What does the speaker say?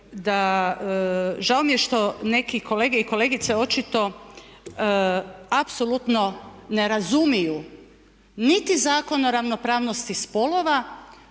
žao mi je što neki kolege i kolegice apsolutno ne razumiju niti Zakon o ravnopravnosti spolova